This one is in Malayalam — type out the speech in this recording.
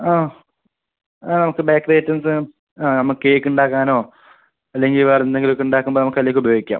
ആ ആ നമുക്ക് ബേക്കറി ഐറ്റംസ് ആ നമുക്ക് കേക്ക് ഉണ്ടാക്കാനോ അല്ലെങ്കിൽ വേറെ എന്തെങ്കിലും ഒക്കെ ഉണ്ടാക്കുമ്പം നമുക്ക് അതിൽ ഒക്കെ ഉപയോഗിക്കാം